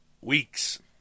weeks